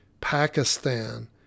Pakistan